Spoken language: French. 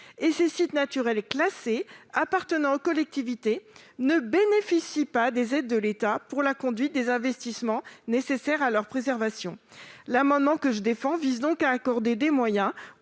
et ces sites naturels classés appartenant aux collectivités ne bénéficient pas des aides de l'État pour la conduite des investissements nécessaires à leur préservation. L'amendement que je défends vise donc à accorder, au même